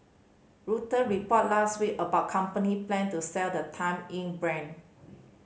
Reuters reported last week about company plan to sell the Time Inc brand